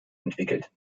entwickelt